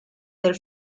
del